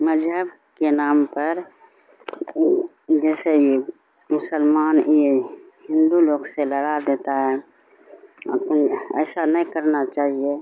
مذہب کے نام پر جیسے یہ مسلمان یہ ہندو لوگ سے لڑا دیتا ہے ایسا نہیں کرنا چاہیے